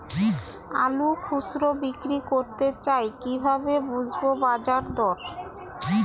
আলু খুচরো বিক্রি করতে চাই কিভাবে বুঝবো বাজার দর?